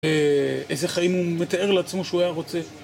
איזה חיים הוא מתאר לעצמו שהוא היה רוצה